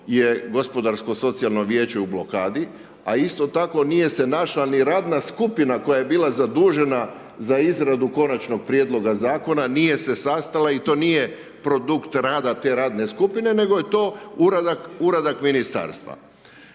je Gospodarsko socijalno vijeće u blokadi, a isto tako nije se našla niti radna skupina koja je bila zadužena za izradu Konačnog prijedloga zakona nije se sastala i to nije produkt rada te radne skupine, nego je to uradak ministarstva.